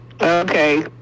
Okay